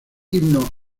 himno